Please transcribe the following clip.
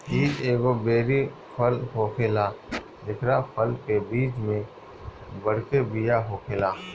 इ एगो बेरी फल होखेला जेकरा फल के बीच में बड़के बिया होखेला